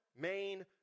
main